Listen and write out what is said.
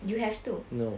you have to